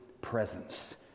presence